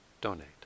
donate